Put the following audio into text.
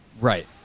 Right